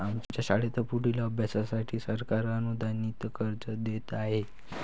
आमच्या शाळेत पुढील अभ्यासासाठी सरकार अनुदानित कर्ज देत आहे